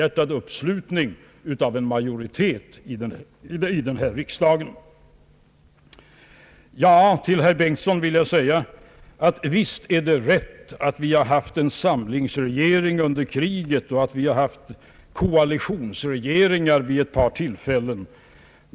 hjärtad uppslutning av en majoritet i riksdagen kring de flesta förslag som han har lagt fram för riksdagen. Till herr Bengtson vill jag säga att det visserligen är rätt att det har varit en samlingsregering under kriget och att det har varit koalitionsregeringar vid ett par tillfällen.